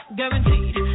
Guaranteed